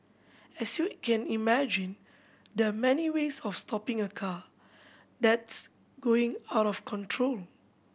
as you can imagine there are many ways of stopping a car that's going out of control